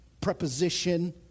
preposition